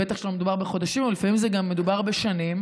בטח שלא מדובר בחודשים, אבל לפעמים מדובר בשנים,